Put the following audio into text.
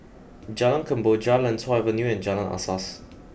Jalan Kemboja Lentor Avenue and Jalan Asas